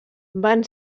van